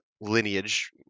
lineage